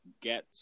get